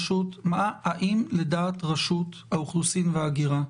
לדעת רשות האוכלוסין וההגירה,